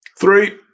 Three